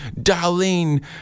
Darlene